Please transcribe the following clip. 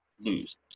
lose